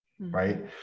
Right